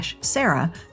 sarah